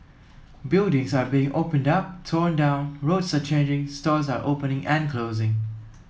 buildings are being opened up torn down roads are changing stores are opening and closing